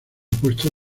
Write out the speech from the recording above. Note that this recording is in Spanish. puesto